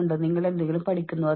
കൂടാതെ അത് വളർന്നുകൊണ്ടിരിക്കുന്നു